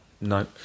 no